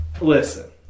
listen